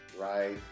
Right